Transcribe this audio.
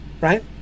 right